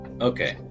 Okay